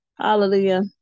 Hallelujah